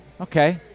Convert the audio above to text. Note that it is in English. Okay